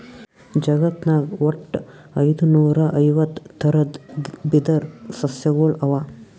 ಜಗತ್ನಾಗ್ ವಟ್ಟ್ ಐದುನೂರಾ ಐವತ್ತ್ ಥರದ್ ಬಿದಿರ್ ಸಸ್ಯಗೊಳ್ ಅವಾ